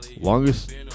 Longest